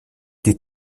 die